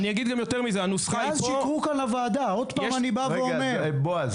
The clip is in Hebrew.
כי אז שיקרו כאן לוועדה --- רגע, בועז.